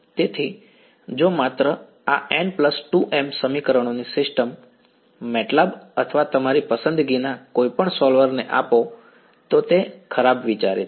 તેથી જો તમે માત્ર આ n2m સમીકરણોની સિસ્ટમ મેટલાબ અથવા તમારી પસંદગીના કોઈપણ સોલ્વર ને આપો તો તે ખરાબ વિચાર છે